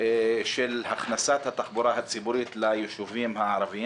של הכנסת התחבורה הציבורית ליישובים הערביים